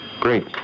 Great